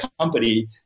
company